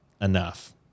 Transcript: enough